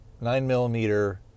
nine-millimeter